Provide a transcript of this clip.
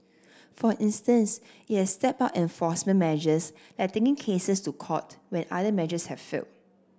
for instance it has stepped up enforcement measures like taking cases to court when other measures have failed